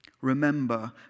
Remember